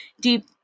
deep